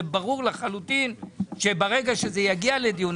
ברור לחלוטין שברגע שזה יגיע לדיון,